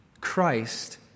Christ